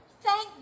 Thank